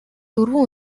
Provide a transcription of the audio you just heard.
дөрвөн